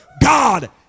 God